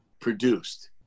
produced